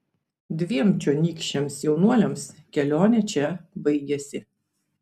dviem čionykščiams jaunuoliams kelionė čia baigėsi